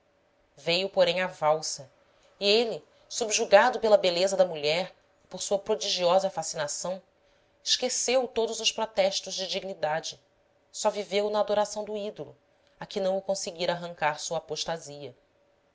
veio porém a valsa e ele subjugado pela beleza da mulher e por sua prodigiosa fascinação esqueceu todos os protestos de dignidade só viveu na adoração do ídolo a que não o conseguira arrancar sua apostasia